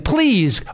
Please